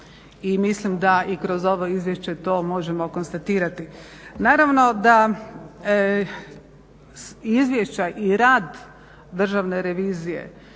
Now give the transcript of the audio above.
mislim da i kroz ovo izvješće to možemo konstatirati. Naravno da izvješća i rad Državne revizije